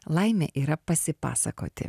laimė yra pasipasakoti